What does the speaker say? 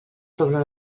sobre